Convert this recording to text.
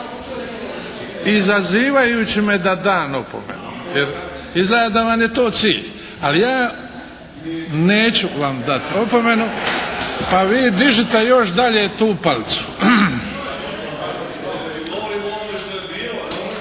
izazivajući me da dam opomenu. Izgleda da vam je to cilj, ali ja neću vam dati opomenu, a vi dižite još dalje tu palicu.